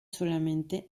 solamente